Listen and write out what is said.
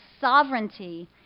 sovereignty